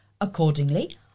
Accordingly